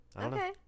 okay